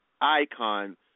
icon